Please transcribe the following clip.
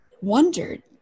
wondered